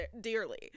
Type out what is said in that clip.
dearly